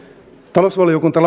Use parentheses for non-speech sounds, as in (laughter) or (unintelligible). talousvaliokunta (unintelligible)